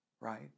Right